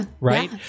Right